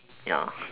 ya